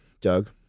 Doug